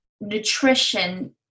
nutrition